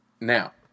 Now